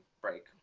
break